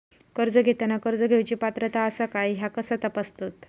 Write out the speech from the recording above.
कर्ज घेताना कर्ज घेवची पात्रता आसा काय ह्या कसा तपासतात?